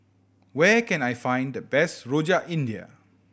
where can I find the best Rojak India